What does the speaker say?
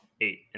eight